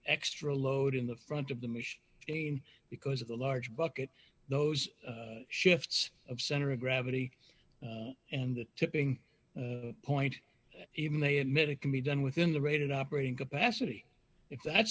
extra load in the front of the machine in because of the large bucket those shifts of center of gravity and the tipping point even they admit it can be done within the rated operating capacity if that's